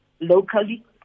locally